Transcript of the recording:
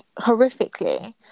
horrifically